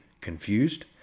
confused